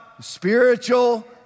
spiritual